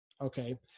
okay